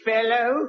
Fellow